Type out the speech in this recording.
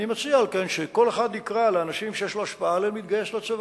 על כן אני מציע שכל אחד יקרא לאנשים שיש לו השפעה עליהם להתגייס לצבא,